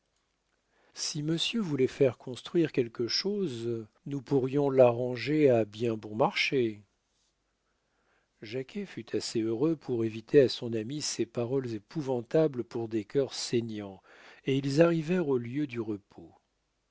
si monsieur voulait faire construire quelque chose nous pourrions l'arranger à bien bon marché jacquet fut assez heureux pour éviter à son ami ces paroles épouvantables pour des cœurs saignants et ils arrivèrent au lieu du repos